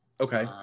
Okay